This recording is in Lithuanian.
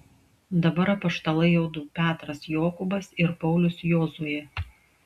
dabar apaštalai jau du petras jokūbas ir paulius jozuė